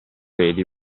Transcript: vedi